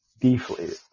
deflated